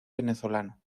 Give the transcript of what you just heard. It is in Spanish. venezolano